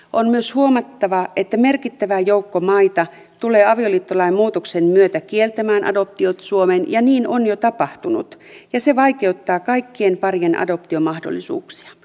on myös huomattava että merkittävä joukko maita tulee avioliittolain muutoksen myötä kieltämään adoptiot suomeen niin on jo tapahtunut ja se vaikeuttaa kaikkien parien adoptiomahdollisuuksia